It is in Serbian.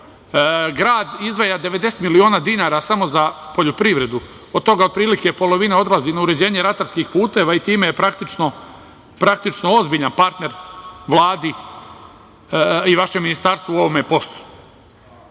grad izdvaja 90 miliona dinara samo za poljoprivredu. Od toga otprilike polovina odlazi na uređenje ratarskih puteva i time je praktično ozbiljan partner Vladi i vašem ministarstvu u ovome